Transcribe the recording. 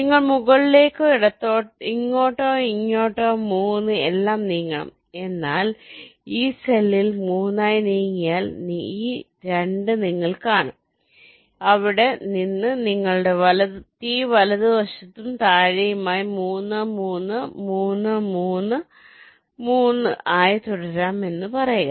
നിങ്ങൾ മുകളിലേക്കോ ഇങ്ങോട്ടോ ഇങ്ങോട്ടോ 3 എല്ലാം നീങ്ങണം എന്നാൽ ഈ സെല്ലിൽ 3 ആയി നീങ്ങിയാൽ ഈ 2 നിങ്ങൾ കാണും അവിടെ നിന്ന് നിങ്ങളുടെ T വലതുവശത്തും താഴെയുമായി 3 3 3 3 3 ആയി തുടരാം എന്ന് പറയുക